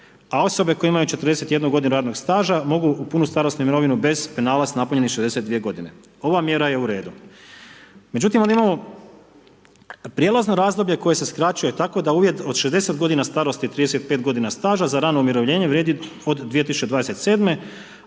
a osobe koje imaju 41 godinu radnog staža mogu u punu starosnu mirovinu bez penala sa napunjenih 62 godine. Ova mjera je u redu. Međutim onda imamo prijelazno razdoblje koje se skraćuje tako da uvjet od 60 godina starosti i 35 godina staža za rano umirovljenje vrijedi od 2027. a uvjet